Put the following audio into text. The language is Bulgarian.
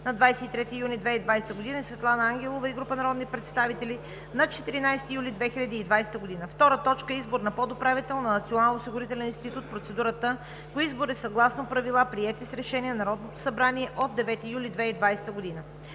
23 юни 2020 г.; Светлана Ангелова и група народни представители, 14 юли 2020 г. 2. Избор на подуправител на Националния осигурителен институт. Процедурата по избор е съгласно правила, приети с Решение на Народното събрание от 9 юли 2020 г.